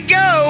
go